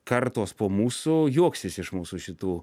kartos po mūsų juoksis iš mūsų šitų